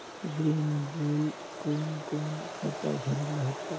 ऋण लेल कोन कोन खाता भरेले होते?